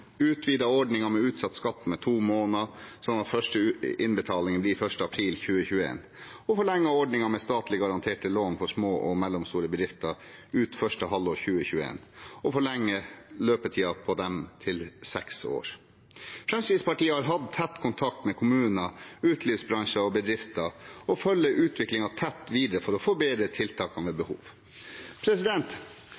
med utsatt skatt med to måneder, slik at første innbetaling blir 1. april 2021, forlenget ordningen med statlig garanterte lån for små og mellomstore bedrifter ut første halvår 2021 og forlenget løpetiden på dem til seks år. Fremskrittspartiet har hatt tett kontakt med kommuner, utelivsbransje og bedrifter og følger utviklingen tett videre for å